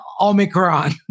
Omicron